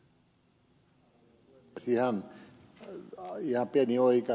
ihan pieni oikaisu ed